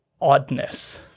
oddness